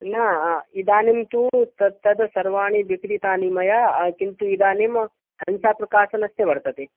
न इदानीं तु तत् तद् सर्वाणि विक्रितानि मया किन्तु इदानीं हंसाप्रकाशनस्य वर्तते